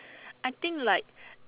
I think like